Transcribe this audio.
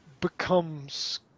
becomes